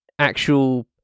actual